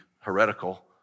heretical